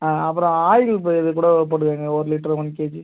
ஆ அப்புறம் ஆயில் இப்போ இதுக்கூட போட்டுக்கோங்க ஒரு லிட்ரு ஒன் கேஜி